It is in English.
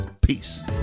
Peace